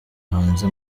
hanze